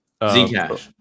Zcash